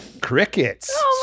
crickets